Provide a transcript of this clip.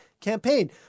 campaign